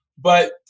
But-